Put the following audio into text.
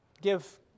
give